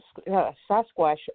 Sasquatch